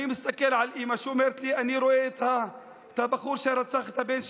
אני מסתכל על אימא שאומרת לי: אני רואה את הבחור שרצח את הבן שלי.